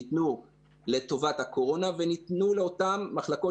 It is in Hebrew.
ניתנו לטובת הקורונה וניתנו לאותן מחלקות